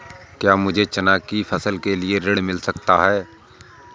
क्या मुझे चना की फसल के लिए ऋण मिल सकता है?